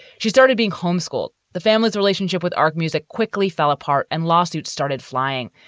she started being homeschooled. the family's relationship with art music quickly fell apart and lawsuits started flying.